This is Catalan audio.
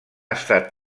estat